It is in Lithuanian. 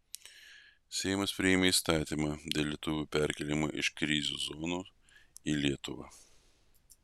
seimas priėmė įstatymą dėl lietuvių perkėlimo iš krizių zonų į lietuvą